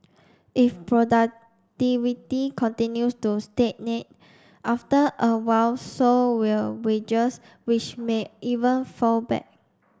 if productivity continues to stagnate after a while so will wages which may even fall back